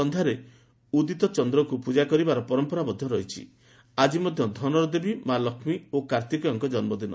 ସନ୍ଧ୍ୟାରେ ଉଦୀତ ଚନ୍ରକୁ ପୂଜାକରିବାର ପରମ୍ପରା ରହିଛି ଆକି ମଧ୍ୟ ଧନର ଦେବୀ ମା ଲକ୍ଷୀ ଓ କାର୍ତ୍ତୀକେୟଙ୍କ ଜନ୍ନଦିନ